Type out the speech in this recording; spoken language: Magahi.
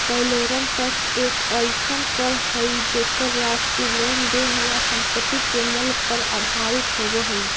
वैलोरम टैक्स एक अइसन कर हइ जेकर राशि लेन देन या संपत्ति के मूल्य पर आधारित होव हइ